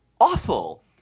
awful